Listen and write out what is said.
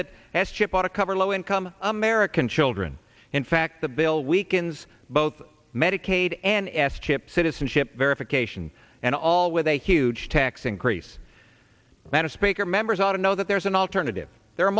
that s chip ought to cover low income american children in fact the bill weakens both medicaid and ass chip citizenship verification and all with a huge tax increase when a speaker members ought to know that there is an alternative there are